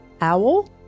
Owl